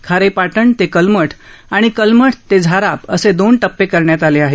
खारेपाटण ते कलमठ आणि कलमठ ते झाराप असे दोन टप्पे करण्यात आले आहेत